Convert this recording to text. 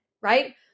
right